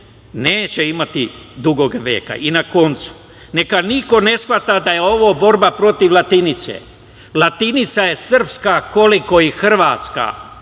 neće imati dugog veka. Na koncu, neka niko ne shvata da je ovo borba protiv latinice. Latinica je srpska koliko i hrvatska.